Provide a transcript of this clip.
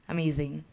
Amazing